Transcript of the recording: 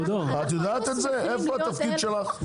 איפה התפקיד שלך?